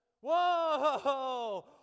Whoa